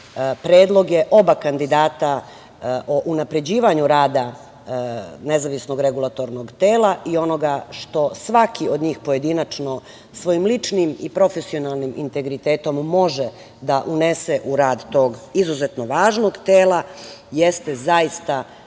predloge oba kandidata o unapređivanju rada nezavisnog regulatornog tela i onoga što svaki od njih pojedinačno svojim ličnim i profesionalnim integritetom može da unese u rad tog izuzetno važnog tela. Jeste zaista